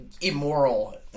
immoral